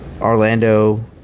Orlando